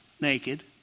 naked